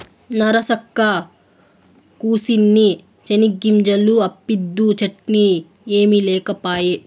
నరసక్కా, కూసిన్ని చెనిగ్గింజలు అప్పిద్దూ, చట్నీ ఏమి లేకపాయే